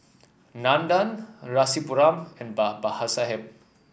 Nandan Rasipuram and Babasaheb